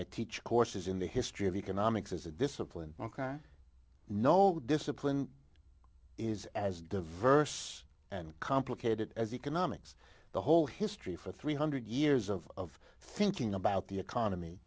i teach courses in the history of economics is a discipline no discipline is as diverse and complicated as economics the whole history for three hundred years of thinking about the economy